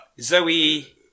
Zoe